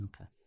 Okay